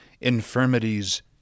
infirmities